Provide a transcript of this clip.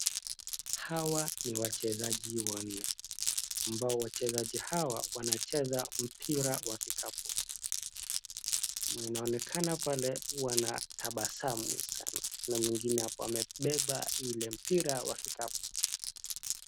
Hawa ni wachezaji wanne, ambao wachezaji hawa wanacheza mpira wa kikapu. Inaonekana pale wanatabasamu sana na mwingine hapo amebeba ile mpira wa kikapu.